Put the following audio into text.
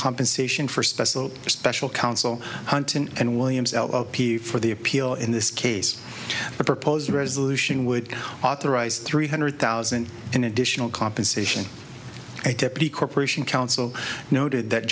compensation for special special counsel hunt and williams l p for the appeal in this case the proposed resolution would authorize three hundred thousand in additional compensation atypically corporation counsel noted that